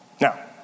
Now